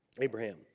Abraham